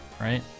right